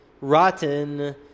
rotten